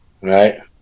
Right